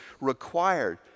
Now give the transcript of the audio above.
required